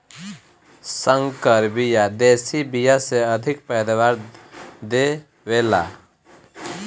संकर बिया देशी बिया से अधिका पैदावार दे वेला